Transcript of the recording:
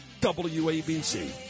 WABC